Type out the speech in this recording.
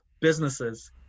businesses